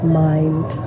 mind